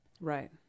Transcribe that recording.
Right